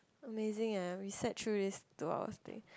amazing ya we sat through this two hours thing